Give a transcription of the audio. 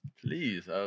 Please